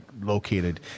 located